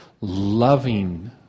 loving